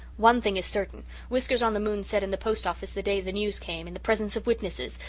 one thing is certain whiskers-on-the-moon said in the post office the day the news came, in the presence of witnesses,